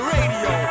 Radio